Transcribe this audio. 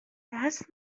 دست